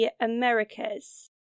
Americas